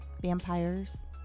vampires